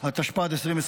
התשפ"ד 2024,